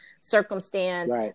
circumstance